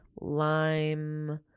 lime